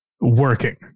working